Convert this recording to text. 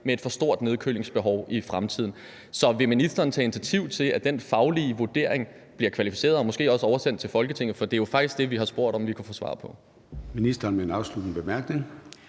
med et for stort nedkølingsbehov i fremtiden. Så vil ministeren tage initiativ til, at den faglige vurdering bliver kvalificeret og måske også oversendt til Folketinget? For det er jo faktisk det, vi har spurgt om vi kunne få svar på.